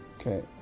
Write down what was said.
Okay